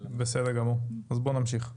-- בסדר גמור, אז בואו נמשיך.